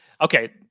okay